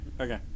okay